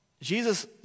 Jesus